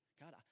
God